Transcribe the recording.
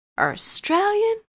Australian